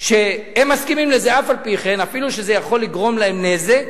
שהם מסכימים לזה, אפילו שזה יכול לגרום להם נזק,